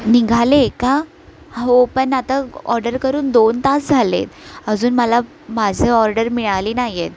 निघाले का हो पण आता ऑर्डर करून दोन तास झाले आहेत अजून मला माझं ऑर्डर मिळाली नाही आहेत